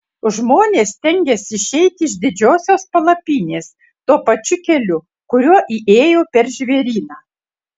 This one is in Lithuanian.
žmonės stengiasi išeiti iš didžiosios palapinės tuo pačiu keliu kuriuo įėjo per žvėryną